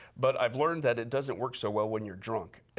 but i've learned that it doesn't work so well when you're drunk.